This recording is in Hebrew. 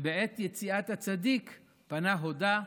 ובעת יציאת הצדיק פנה הודה,